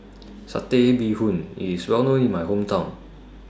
Satay Bee Hoon IS Well known in My Hometown